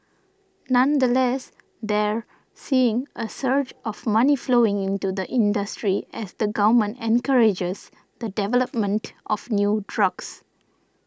nonetheless they're seeing a surge of money flowing into the industry as the government encourages the development of new drugs